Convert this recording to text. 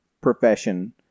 profession